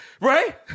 Right